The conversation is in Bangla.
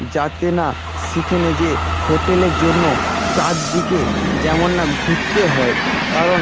যাতে না সেখানে গিয়ে হোটেলের জন্য চারিদিকে যেন না ঘুরতে হয় কারণ